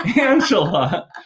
Angela